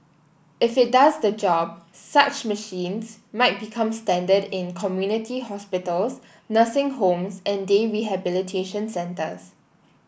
if it does the job such machines might become standard in community hospitals nursing homes and day rehabilitation centres